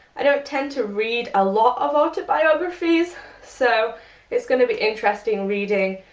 i don't tend to read a lot of autobiographies, so it's going to be interesting reading,